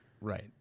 Right